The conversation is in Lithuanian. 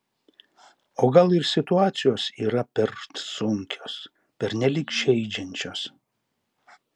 o gal ir situacijos yra per sunkios pernelyg žeidžiančios